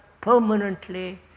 permanently